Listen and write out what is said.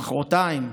מוחרתיים,